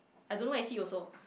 I don't know where is he also